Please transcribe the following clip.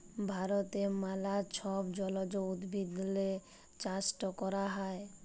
ভারতে ম্যালা ছব জলজ উদ্ভিদেরলে চাষট ক্যরা হ্যয়